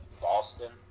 Boston